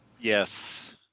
Yes